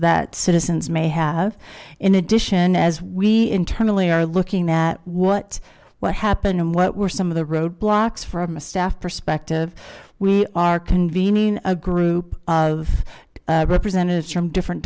that citizens may have in addition as we internally are looking at what what happened and what were some of the roadblocks from a staff perspective we are convening a group of representatives from different